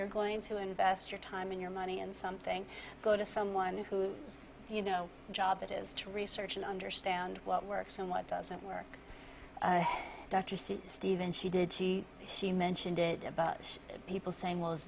you're going to invest your time and your money in something go to someone who's you know job it is to research and understand what works and what doesn't work dr stephen she did she she mentioned it about people saying well